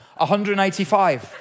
185